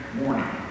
morning